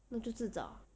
那就自找